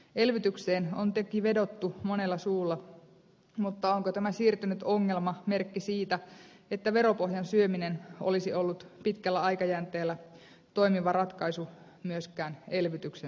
elvytykseen on toki vedottu monella suulla mutta onko tämä siirtynyt ongelma merkki siitä että veropohjan syöminen olisi ollut pitkällä aikajänteellä toimiva ratkaisu myöskään elvytyksen näkökulmasta